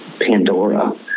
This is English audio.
Pandora